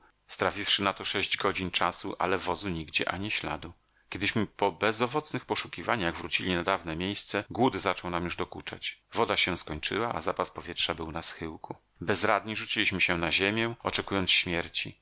na to sześć godzin czasu ale wozu nigdzie ani śladu kiedyśmy po bezowocnych poszukiwaniach wrócili na dawne miejsce głód zaczął nam już dokuczać woda się skończyła a zapas powietrza był na schyłku bezradni rzuciliśmy się na ziemię oczekując śmierci